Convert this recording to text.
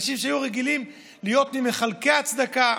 אנשים שהיו רגילים להיות ממחלקי הצדקה.